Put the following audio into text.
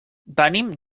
venim